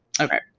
Okay